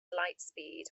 lightspeed